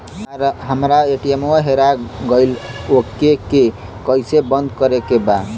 हमरा ए.टी.एम वा हेरा गइल ओ के के कैसे बंद करे के बा?